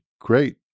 Great